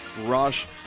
Rush